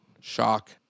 shock